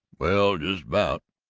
well, just about.